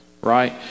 right